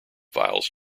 files